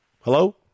Hello